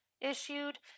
issued